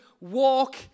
walk